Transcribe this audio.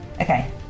Okay